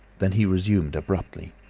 then he resumed abruptly